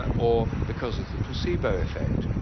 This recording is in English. or because of the placebo effect.